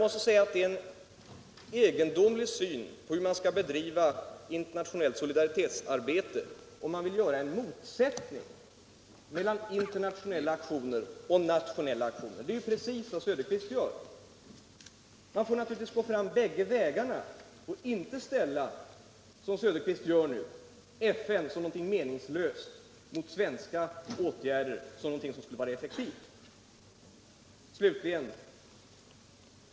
Det är en egendomlig syn på hur man skall bedriva solidaritetsarbete, om man försöker skapa en motsättning mellan internationella och nationella aktioner. Det är precis vad herr Söderqvist gör. Vi måste naturligtvis gå bägge vägarna, inte som herr Söderqvist ställa FN som något meningslöst mot svenska åtgärder som någonting som skulle vara effektivt.